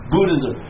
Buddhism